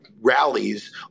rallies